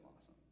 awesome